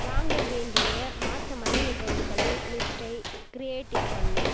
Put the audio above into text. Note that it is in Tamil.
வாங்க வேண்டிய மாத மளிகைப் பொருட்களின் லிஸ்ட்டை க்ரியேட்டு பண்ணு